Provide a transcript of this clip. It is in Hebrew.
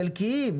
חלקיים,